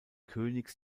königs